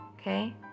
okay